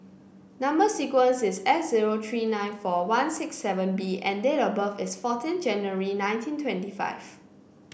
number sequence is S zero three nine four one six seven B and date of birth is fourteen January nineteen twenty five